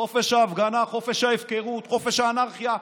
חופש ההפגנה, חופש ההפקרות, חופש האנרכיה.